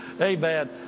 amen